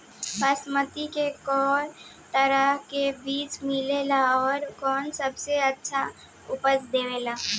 बासमती के कै तरह के बीया मिलेला आउर कौन सबसे अच्छा उपज देवेला?